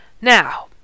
Now